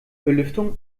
belüftung